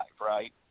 right